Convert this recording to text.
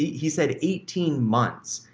he said eighteen months.